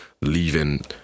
Leaving